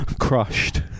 Crushed